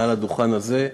מעל הדוכן הזה,